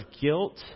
guilt